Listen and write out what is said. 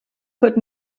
could